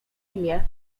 imię